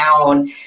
down